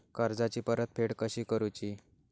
कर्जाची परतफेड कशी करूची?